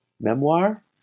memoir